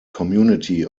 community